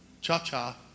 cha-cha